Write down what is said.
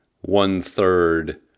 one-third